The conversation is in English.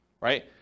right